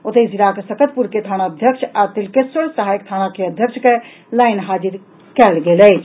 ओतहि जिलाक सकतपुर के थानाध्यक्ष आ तिलकेश्वर सहायक थाना के अध्यक्ष के लाइन हाजिर कयलनि अछि